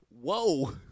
whoa